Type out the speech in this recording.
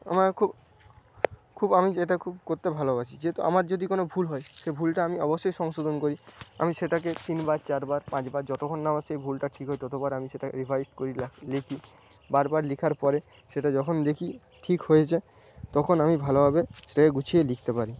আমার খুব খুব আমি যেটা খুব করতে ভালোবাসি যেহেতু আমার যদি কোন ভুল হয় সেই ভুলটা আমি অবশ্যই সংশোধন করি আমি সেটাকে তিনবার চারবার পাঁচবার যতক্ষণ না আমার সেই ভুলটা ঠিক হয় ততবার আমি সেটা রিভাইজ করি লিখি বারবার লেখার পরে সেটা যখন দেখি ঠিক হয়েছে তখন আমি ভালোভাবে সেটাকে গুছিয়ে লিখতে পারি